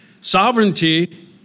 Sovereignty